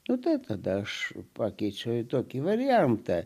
nu taip tada aš pakeičiau į tokį variantą